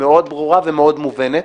מאוד ברורה ומאוד מובנת.